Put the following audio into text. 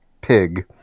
Pig